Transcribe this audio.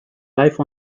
life